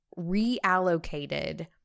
reallocated